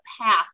path